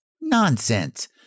Nonsense